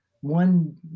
one